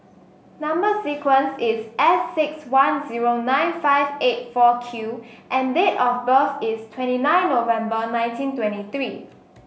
number sequence is S six one zero nine five eight four Q and date of birth is twenty nine November nineteen twenty three